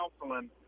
counseling